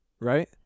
right